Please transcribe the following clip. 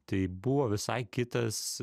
tai buvo visai kitas